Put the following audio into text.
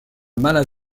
mala